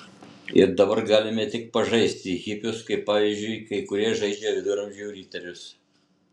ir dabar galime tik pažaisti hipius kaip pavyzdžiui kai kurie žaidžia viduramžių riterius